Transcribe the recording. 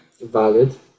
valid